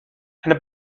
eine